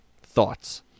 Thoughts